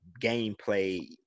gameplay